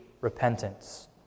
repentance